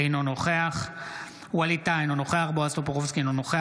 אינו נוכח גלית דיסטל אטבריאן,